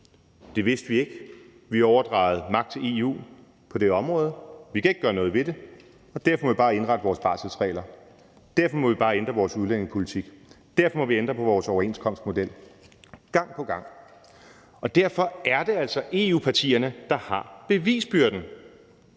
Det vidste vi ikke; vi overdrog magt til EU på det område; vi kan ikke gøre noget ved det; og derfor må vi bare indrette vores barselsregler, derfor må vi bare ændre vores udlændingepolitik, derfor må vi ændre på vores overenskomstmodel. Gang på gang. Derfor er det altså EU-partierne, der har bevisbyrden.